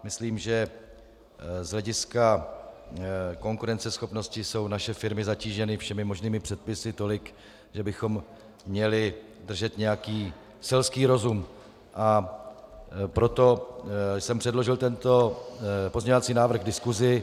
Myslím, že z hlediska konkurenceschopnosti jsou naše firmy zatíženy všemi možnými předpisy tolik, že bychom měli držet nějaký selský rozum, a proto jsem předložil tento pozměňovací návrh k diskusi.